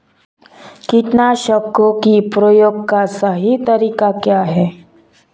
कीटनाशकों के प्रयोग का सही तरीका क्या है?